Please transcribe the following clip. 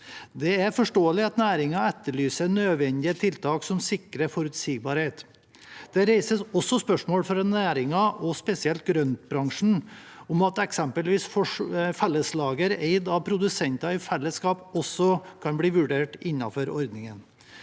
Det er forståelig at næringen etterlyser nødvendige tiltak som sikrer forutsigbarhet. Det reises også spørsmål fra næringen, spesielt grønt-bransjen, om hvorvidt eksempelvis felleslager eid av produsenter i fellesskap også kan bli vurdert innenfor ordningen.